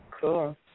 Cool